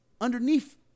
underneath